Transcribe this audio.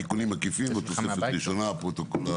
תיקונים עקיפים ותוספת ראשונה.